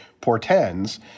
portends